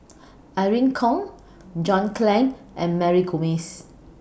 Irene Khong John Clang and Mary Gomes